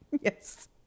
Yes